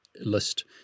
list